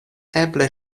eble